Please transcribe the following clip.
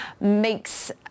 makes